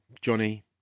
Johnny